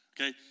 okay